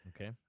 Okay